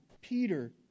Peter